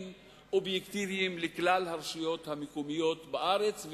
אובייקטיביים לכלל הרשויות המקומיות בארץ,